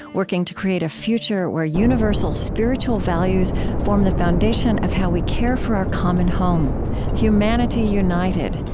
working to create a future where universal spiritual values form the foundation of how we care for our common home humanity united,